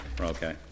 Okay